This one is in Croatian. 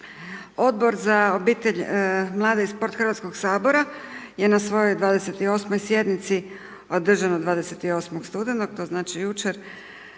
Odbor za obitelj, mlade i sport Hrvatskoga sabora je na svojoj 28. sjednici održanoj 28. studenog, to znači jučer,